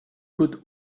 could